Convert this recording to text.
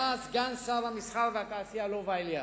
היה סגן שר המסחר והתעשייה, לובה אליאב,